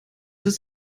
ist